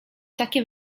takie